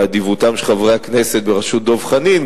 באדיבותם של חברי הכנסת בראשות דב חנין,